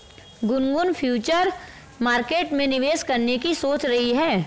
Gungun future market में निवेश करने की सोच रही है